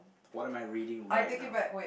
what am I reading right now